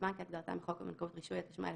"כהגדרתו בסעיף 11ב לחוק הבנקאות (רישוי)".